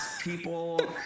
people